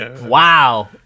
Wow